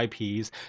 IPs